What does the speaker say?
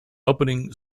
opening